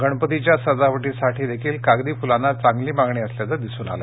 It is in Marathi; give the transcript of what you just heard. गणपतीच्या सजावटीसाठीही कागदी फुलांना चांगली मागणी असल्याचं दिसून आलं